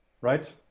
right